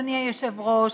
אדוני היושב-ראש,